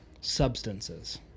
substances